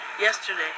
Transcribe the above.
Yesterday